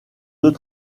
deux